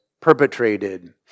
perpetrated